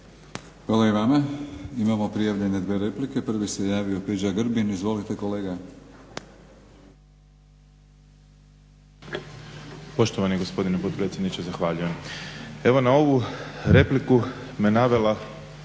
Hvala i vama. Imamo prijavljene dvije replike. Prvi se javio Peđa Grbin. Izvolite kolega. **Grbin, Peđa (SDP)** Poštovani gospodine potpredsjedniče zahvaljujem. Evo na ovu repliku me navela